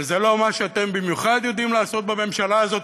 וזה לא מה שאתם במיוחד יודעים לעשות בממשלה הזאת,